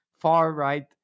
far-right